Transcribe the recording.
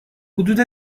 حدود